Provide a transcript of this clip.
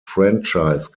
franchise